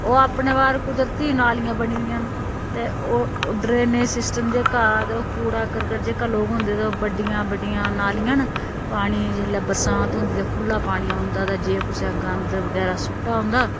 ओह् अपने बार कुदरती नालियां बनी दियां न ते ओह् ड्रेनेज सिस्टम जेह्का ते ओह् कूड़ा करकट जेह्का लोक होंदे ते ओह् बड्डियां बड्डियां नालियां न पानी जिसलै बरसांत होंदी ते खुल्ला पानी औंदा ते जे कुसै गंद बगैरा सुट्टे दा होंदा